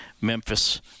Memphis